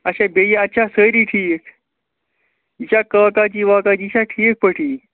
اچھا بیٚیہِ اَتہِ چھا سٲری ٹھیٖک یہِ چھا کاکا جی واکا جی چھا ٹھیٖک پٲٹھی